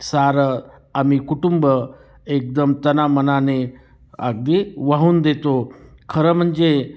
सारं आम्ही कुटुंब एकदम तनामनाने अगदी वाहून देतो खरं म्हणजे